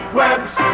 webs